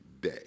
day